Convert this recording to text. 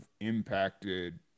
impacted